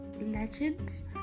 Legends